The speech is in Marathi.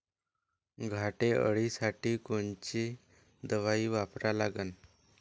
घाटे अळी साठी कोनची दवाई वापरा लागन?